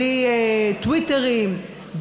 בלי טוויטרים,